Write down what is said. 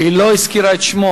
היא לא הזכירה את שמו.